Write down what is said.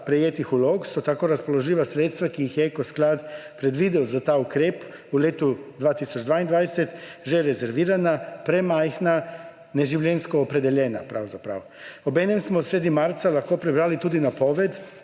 prejetih vlog so tako razpoložljiva sredstva, ki jih Eko sklad predvidel za ta ukrep v letu 2022, že rezervirana, premajhna, neživljenjsko opredeljena pravzaprav. Obenem smo sredi marca lahko prebrali tudi napoved,